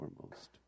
foremost